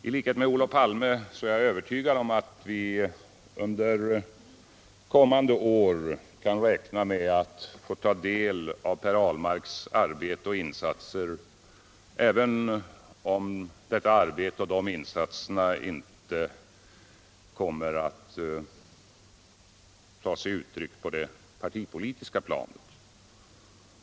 I likhet med Olof Palme är jag övertygad om att vi under kommande år kan räkna med att få del av Per Ahlmarks arbete och insatser, även om detta arbete och dessa insatser inte kommer till uttryck på det partipolitiska planet.